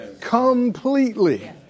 completely